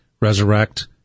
resurrect